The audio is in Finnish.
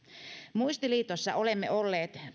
muistiliitossa olemme olleet